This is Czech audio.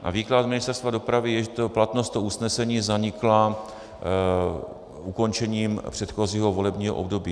A výklad Ministerstva dopravy je, že platnost toho usnesení zanikla ukončením předchozího volebního období.